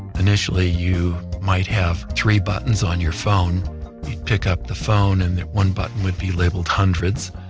initially you might have three buttons on your phone. you'd pick up the phone and one button would be labeled hundreds,